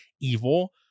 evil